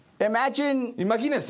Imagine